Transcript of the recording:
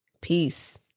Peace